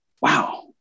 wow